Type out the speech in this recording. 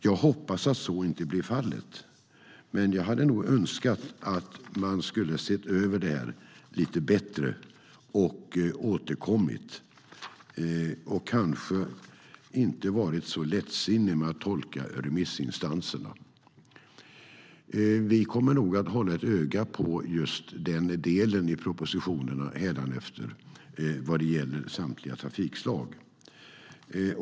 Jag hoppas att så inte blir fallet, men jag hade nog önskat att man skulle ha sett över det här lite bättre och återkommit och kanske inte varit så lättsinnig när det gäller att tolka remissinstanserna. Vi kommer nog att hålla ett öga på just den delen i propositionen hädanefter vad gäller samtliga trafikslag.